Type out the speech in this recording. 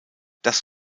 das